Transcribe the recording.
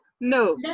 no